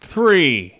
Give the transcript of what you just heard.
Three